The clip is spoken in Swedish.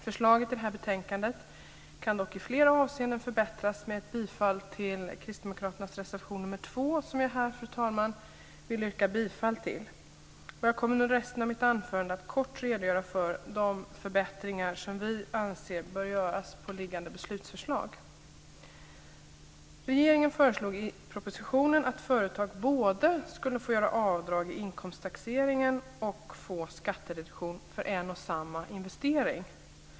Förslaget i detta betänkande kan dock i flera avseenden förbättras genom ett bifall till kristdemokraternas reservation nr 2, som jag här, fru talman, vill yrka bifall till. I resten av mitt anförande kommer jag att kort redogöra för de förbättringar som vi anser bör göras vad gäller föreliggande beslutsförslag. Regeringen föreslår i propositionen att företag ska både få göra avdrag i inkomsttaxeringen och få skattereduktion för en och samma investering.